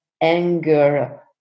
anger